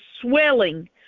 swelling